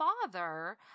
father